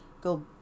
Go